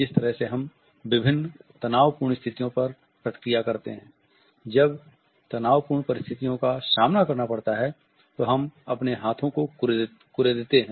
जब तनावपूर्ण परिस्थितियों का सामना करना पड़ता है तो हम अपने हाथों को कुरेदते हैं